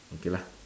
okay lah